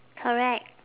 correct